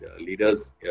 Leaders